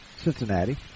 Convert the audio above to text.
Cincinnati